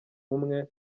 umwe